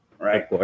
Right